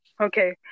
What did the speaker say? Okay